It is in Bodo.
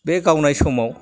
बे गावनाय समाव